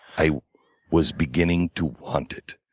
i was beginning to want it.